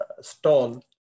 stall